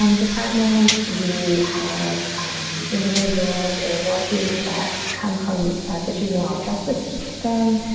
um department. we have individuals in the northeast that come from the juvenile ah justice system.